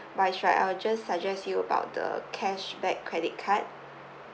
wise right I will just suggest you about the cashback credit card